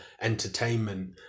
entertainment